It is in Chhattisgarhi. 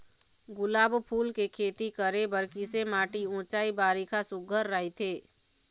गुलाब फूल के खेती करे बर किसे माटी ऊंचाई बारिखा सुघ्घर राइथे?